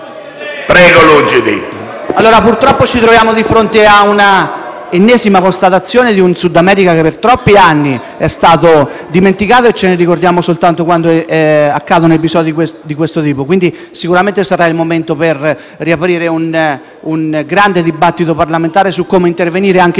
LUCIDI *(M5S)*. Purtroppo ci troviamo di fronte all'ennesima constatazione della situazione del Sudamerica, che per troppi anni è stato dimenticato: ce ne ricordiamo soltanto quando accadono episodi di questo tipo. Sicuramente sarà il momento per riaprire un grande dibattito parlamentare su come intervenire anche